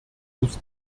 muss